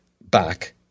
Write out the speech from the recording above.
back